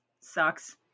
sucks